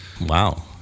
Wow